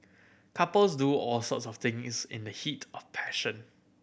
couples do all sorts of things in the heat of passion